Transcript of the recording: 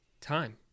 time